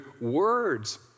words